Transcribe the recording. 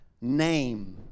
name